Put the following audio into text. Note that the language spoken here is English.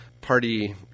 party